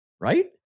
right